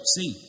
See